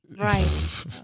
Right